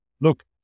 Look